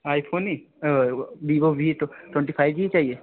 आई phone नहीं Vivo V twenty five नहीं चाहिए